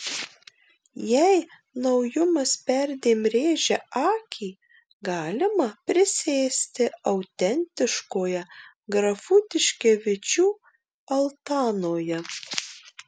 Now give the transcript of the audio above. jei naujumas perdėm rėžia akį galima prisėsti autentiškoje grafų tiškevičių altanoje